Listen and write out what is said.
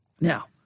Now